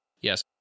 Yes